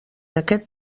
aquest